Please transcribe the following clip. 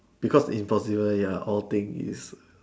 because in popular ya all thing is